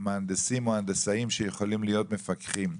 מהנדסים או הנדסאים שיכולים להיות מפקחים,